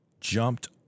jumped